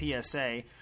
PSA